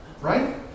Right